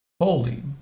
Holy